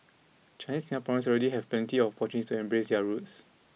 Chinese Singaporeans already have plenty of opportunities to embrace their roots